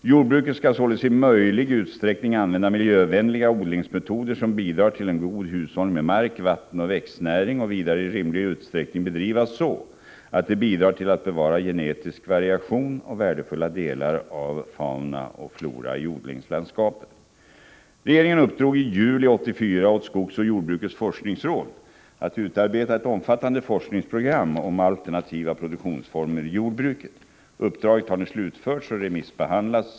Jordbruket skall således i möjlig utsträckning använda miljövänliga odlingsmetoder som bidrar till en god hushållning med mark, vatten och växtnäring och vidare i rimlig utsträckning bedrivas så, att det bidrar till att bevara genetisk variation och värdefulla delar av fauna och flora i odlingslandskapet. Regeringen uppdrog i juli 1984 åt skogsoch jordbrukets forskningsråd att utarbeta ett omfattande forskningsprogram om alternativa produktionsformer i jordbruket. Uppdraget har nu slutförts och remissbehandlats.